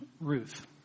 Ruth